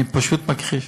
אני פשוט מכחיש.